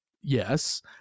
Yes